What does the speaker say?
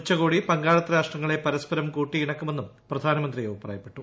ഉച്ചകോടി പങ്കാളിത്ത രാഷ്ട്രങ്ങളെ പരസ്പരം കൂട്ടിയിണക്കുമെന്നും പ്രധാനമന്ത്രി അഭിപ്രായപ്പെട്ടു